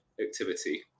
activity